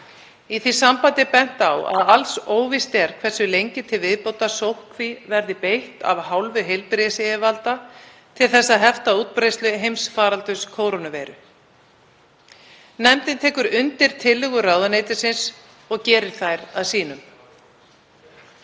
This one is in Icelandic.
Í því sambandi er bent á að alls óvíst er hversu lengi til viðbótar sóttkví verði beitt af hálfu heilbrigðisyfirvalda til þess að hefta útbreiðslu heimsfaraldurs kórónuveiru. Nefndin tekur undir tillögur ráðuneytisins og gerir þær að sínum.